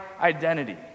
identity